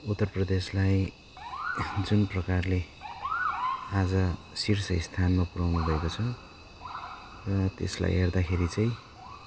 उत्तर प्रदेशलाई जुन प्रकारले आज शिर्ष स्थानमा पुऱ्याउनुभएको छ र त्यसलाई हेर्दाखेरि चाहिँ